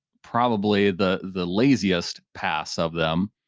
probably the the laziest pass of them.